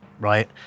right